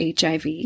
HIV